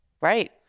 Right